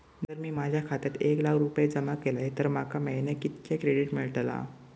जर मी माझ्या खात्यात एक लाख रुपये जमा केलय तर माका महिन्याक कितक्या क्रेडिट मेलतला?